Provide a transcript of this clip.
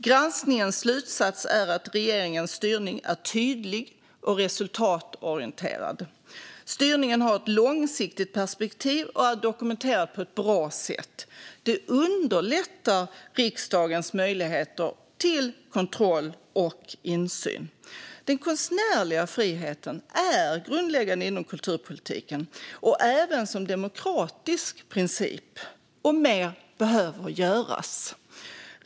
Granskningens slutsats är att regeringens styrning är tydlig och resultatorienterad. Styrningen har ett långsiktigt perspektiv och är dokumenterad på ett bra sätt. Det underlättar riksdagens möjligheter till kontroll och insyn. Den konstnärliga friheten är grundläggande inom kulturpolitiken och även som demokratisk princip. Mer behöver göras.